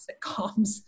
sitcoms